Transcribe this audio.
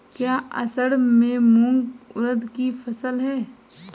क्या असड़ में मूंग उर्द कि फसल है?